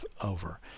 over